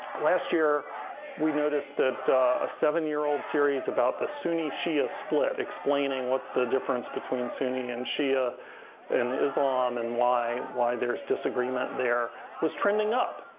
last year we noticed that a seven year old series about the sunni shia split explaining what's the difference between sunni and shia in islam and why why there's disagreement there was trending up.